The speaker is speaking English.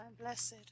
Blessed